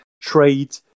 trade